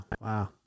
Wow